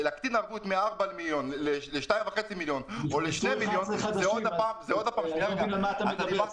הקטנת ערבות מ-4 מיליון ל-2 מיליון או ל-2.5 מיליון זה לעג לרש.